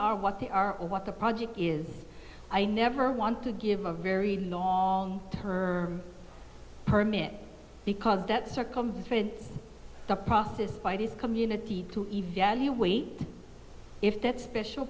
are what they are or what the project is i never want to give a very her permit because that circumvented the process by this community to evaluate if that special